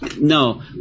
No